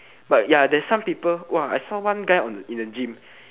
but ya there's some people !wow! I saw one guy in the gym